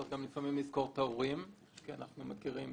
צריך לפעמים לזכור את ההורים כי אנחנו מכירים